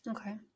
Okay